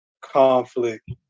conflict